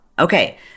Okay